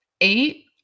eight